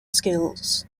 skills